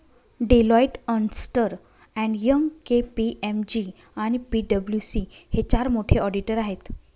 Deloitte, अस्न्टर and Young, KPMG आणि पी.डब्ल्यू.सी हे चार मोठे ऑडिटर आहेत